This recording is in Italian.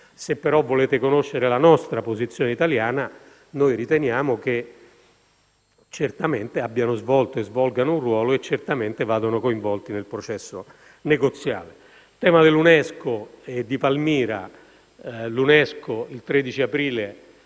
Se però volete conoscere la nostra posizione, quella italiana, noi riteniamo che certamente abbiano svolto e svolgano un ruolo e certamente vadano coinvolti nel processo negoziale. Quanto al tema dell'UNESCO e di Palmira, il 13 aprile